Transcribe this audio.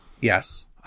yes